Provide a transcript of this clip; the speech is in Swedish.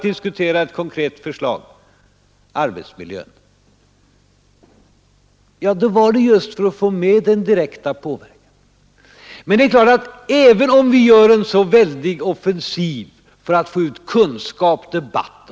Glöm aldrig den siffran!